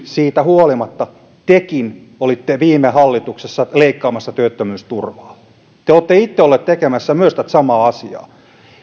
siitä huolimatta tekin olitte viime hallituksessa leikkaamassa työttömyysturvaa te olette itse ollut tekemässä tätä samaa asiaa